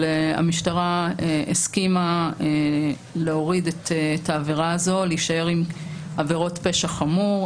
המשטרה הסכימה להוריד את העבירה הזאת ולהישאר עם עבירות פשע חמור.